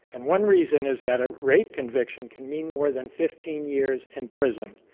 and one reason is that a rape conviction can mean more than fifteen years in prison.